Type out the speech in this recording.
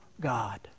god